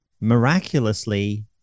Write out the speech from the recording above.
miraculously